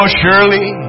surely